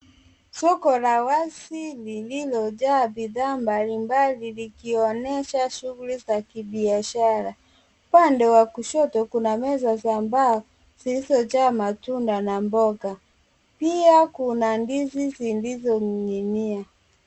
Soko la wazi lililojaa bidhaa mbalimbali, likionyesha shughuli za kibiashara. Upande wa kushoto kuna meza za mbao zilizojaa matunda na mboga. Pia kuna ndizi zilizoning'inia.